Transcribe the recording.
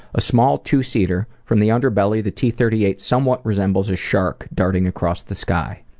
a small two-seater, from the underbelly the t three eight somewhat resembles a shark darting across the sky.